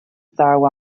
ddaw